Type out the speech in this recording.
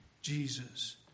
jesus